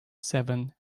seven